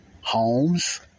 homes